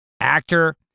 actor